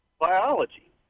biology